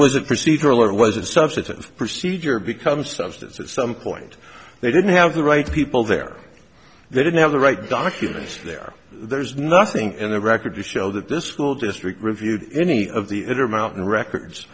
was a procedural or was it substantive procedure become substance at some point they didn't have the right people there they didn't have the right documents there there's nothing in the record to show that this school district reviewed any of the intermountain records